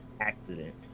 accident